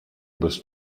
bez